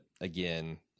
again